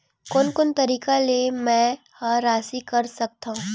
कोन कोन तरीका ले मै ह राशि कर सकथव?